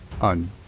on